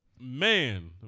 Man